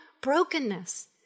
brokenness